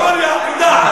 תלמד את ההיסטוריה, תדע.